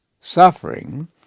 suffering